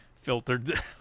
filtered